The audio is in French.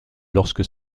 lorsque